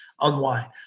unwind